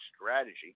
strategy